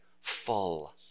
full